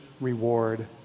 reward